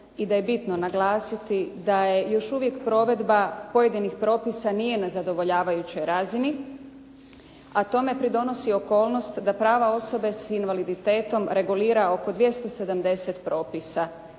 i da je bitno naglasiti da još uvijek provedba pojedinih propisa nije na zadovoljavajućoj razini, a tome pridonosi okolnost da prava osobe s invaliditetom regulira oko 270 propisa,